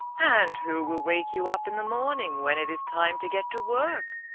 and who will wake you up in the morning when it is time to get to work?